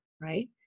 right